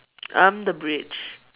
I'm the bridge